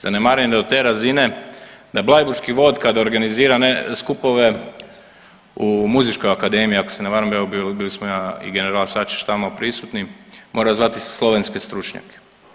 Zanemaren je do te razine da blaiburški vod organizira skupove u Muzičkoj akademiji, ako se ne varam, evo bili smo ja i general Sačić prisutni mora zvati slovenske stručnjake.